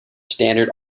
standard